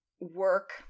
work